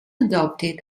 adopted